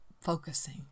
focusing